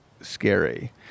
scary